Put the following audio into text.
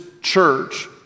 church